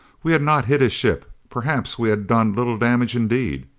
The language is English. we had not hit his ship perhaps we had done little damage indeed!